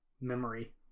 memory